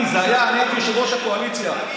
אני הייתי יושב-ראש הקואליציה.